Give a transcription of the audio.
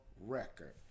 record